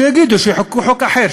שיגידו שיחוקקו חוק אחר,